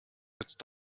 jetzt